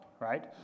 right